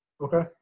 Okay